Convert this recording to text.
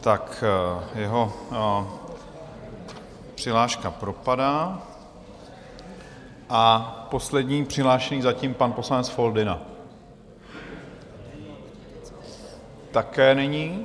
Tak jeho přihláška propadá a poslední přihlášený zatím pan poslanec Foldyna také není.